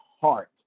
heart